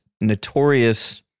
notorious